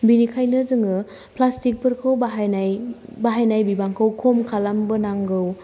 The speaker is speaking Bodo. बिनिखायनो जोङो प्लास्टिकफोरखौ बाहायनाय बाहायनाय बिबांखौ खम खालामबोनांगौ